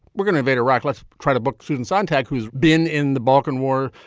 we're gonna invade iraq. let's try to book susan sontag, who's been in the balkan war,